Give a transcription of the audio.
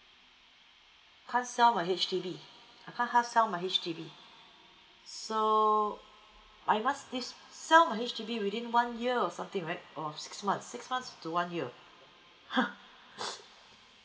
can't sell my H_D_B I can't hard sell my H_D_B so I must this sell my H_D_B within one year or something right or six months six months to one year !huh!